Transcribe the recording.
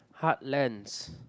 heartland